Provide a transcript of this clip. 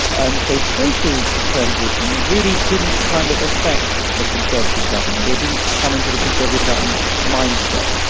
and so social transitions really didn't kind of affect the conservative government, or didn't come into the conservative government's mindset.